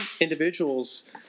individuals